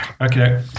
Okay